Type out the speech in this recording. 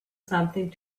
something